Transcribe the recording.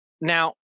Now